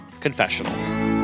confessional